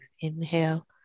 Inhale